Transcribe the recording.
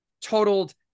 totaled